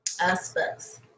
aspects